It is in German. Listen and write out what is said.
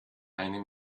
eine